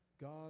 God